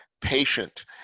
patient